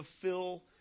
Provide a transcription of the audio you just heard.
fulfill